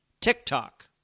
TikTok